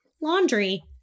laundry